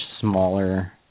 smaller